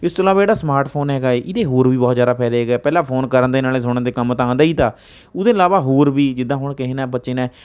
ਇਸ ਤੋਂ ਇਲਾਵਾ ਜਿਹੜਾ ਸਮਾਰਟਫੋਨ ਹੈਗਾ ਹੈ ਇਹਦੇ ਹੋਰ ਵੀ ਬਹੁਤ ਜ਼ਿਆਦਾ ਫਾਇਦੇ ਹੈਗੇ ਪਹਿਲਾਂ ਫੋਨ ਕਰਨ ਦੇ ਨਾਲ ਸੁਣਨ ਦੇ ਕੰਮ ਤਾਂ ਆਉਂਦਾ ਹੀ ਤਾ ਉਹਦੇ ਇਲਾਵਾ ਹੋਰ ਵੀ ਜਿੱਦਾਂ ਹੁਣ ਕਿਸੇ ਨੇ ਬੱਚੇ ਨੇ